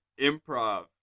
improv